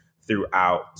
throughout